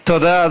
תודה.